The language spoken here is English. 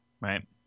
right